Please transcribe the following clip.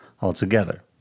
altogether